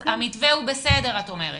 המתווה כפי שהוצג הוא בסדר, את אומרת.